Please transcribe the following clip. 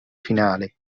finale